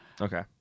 Okay